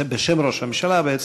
בשם ראש הממשלה בעצם,